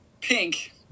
pink